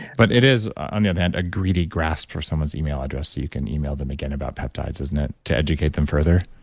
but it is, on the other hand, a greedy grasp for someone's email address so you can email them again about peptides, isn't it, to educate them further?